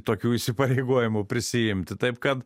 tokių įsipareigojimų prisiimti taip kad